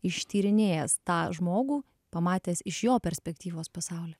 ištyrinėjęs tą žmogų pamatęs iš jo perspektyvos pasaulį